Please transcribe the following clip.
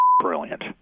brilliant